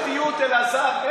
אין ממלכתיות, אלעזר?